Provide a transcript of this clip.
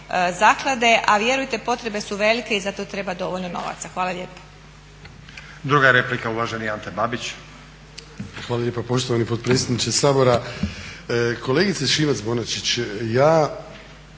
a vjerujte potrebe su velike i zato treba dovoljno novaca. Hvala lijepo.